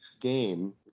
game